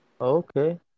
Okay